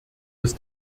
des